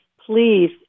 please